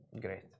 great